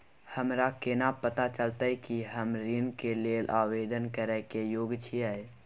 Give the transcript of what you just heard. हमरा केना पता चलतई कि हम ऋण के लेल आवेदन करय के योग्य छियै?